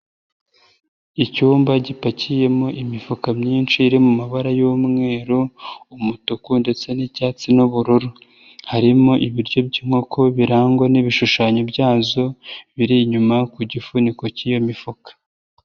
Icyumba gipakiyemo imifuka myinshi iri mu mabara y'umweru, umutuku ndetse n'icyatsi n'ubururu. Harimo ibiryo by'inkoko birangwa n'ibishushanyo byazo, biri inyuma ku gifuniko cy'iyo mifuka.